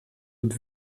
und